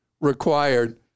required